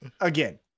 again